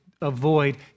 avoid